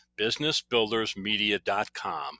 businessbuildersmedia.com